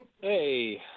Hey